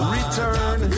Return